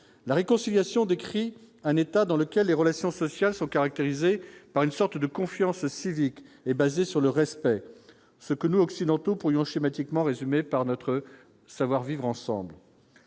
la réconciliation décrit un état dans lequel les relations sociales sont caractérisés par une sorte de confiance civique est basée sur le respect, ce que nous, Occidentaux pourrions schématiquement résumée par notre savoir-vivre ensemble.